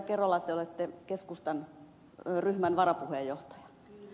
kerola te olette keskustan ryhmän varapuheenjohtaja